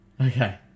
Okay